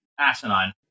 Asinine